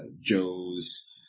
Joe's